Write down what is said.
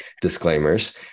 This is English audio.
disclaimers